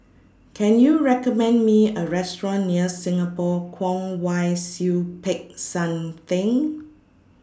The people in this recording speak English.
Can YOU recommend Me A Restaurant near Singapore Kwong Wai Siew Peck San Theng